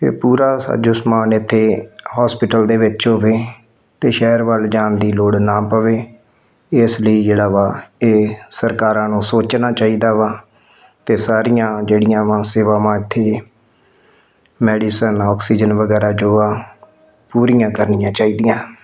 ਇਹ ਪੂਰਾ ਸਾਜੋ ਸਮਾਨ ਇੱਥੇ ਹੋਸਪਿਟਲ ਦੇ ਵਿੱਚ ਹੋਵੇ ਤਾਂ ਸ਼ਹਿਰ ਵੱਲ ਜਾਣ ਦੀ ਲੋੜ ਨਾ ਪਵੇ ਇਸ ਲਈ ਜਿਹੜਾ ਵਾ ਇਹ ਸਰਕਾਰਾਂ ਨੂੰ ਸੋਚਣਾ ਚਾਹੀਦਾ ਵਾ ਅਤੇ ਸਾਰੀਆਂ ਜਿਹੜੀਆਂ ਵਾ ਸੇਵਾਵਾਂ ਇੱਥੇ ਮੈਡੀਸਨ ਓਕਸੀਜਨ ਵਗੈਰਾ ਜੋ ਆ ਪੂਰੀਆਂ ਕਰਨੀਆਂ ਚਾਹੀਦੀਆਂ